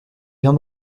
bien